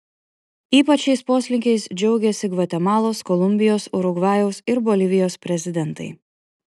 ypač šiais poslinkiais džiaugiasi gvatemalos kolumbijos urugvajaus ir bolivijos prezidentai